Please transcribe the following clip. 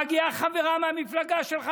מגיעה חברה מהמפלגה שלך,